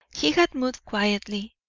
he had moved quietly,